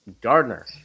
Gardner